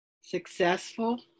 Successful